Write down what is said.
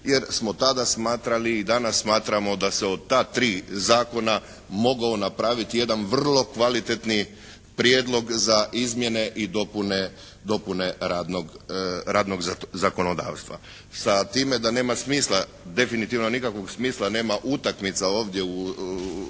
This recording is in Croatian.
jer smo tada smatrali i danas smatramo da se od ta tri zakona mogao napraviti jedan vrlo kvalitetni prijedlog za izmjene i dopune radnog zakonodavstva, sa time da nema smisla, definitivno nikakvog smisla nema utakmica ovdje u ovoj